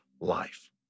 life